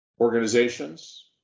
organizations